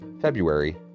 February